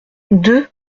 deux